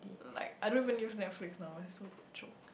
like I don't even use Netflix now eh so choke